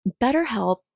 BetterHelp